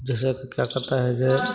जैसे क्या कहता है जे